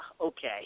okay